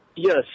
Yes